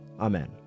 Amen